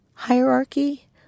Hierarchy